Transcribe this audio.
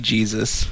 Jesus